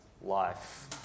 life